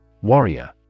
Warrior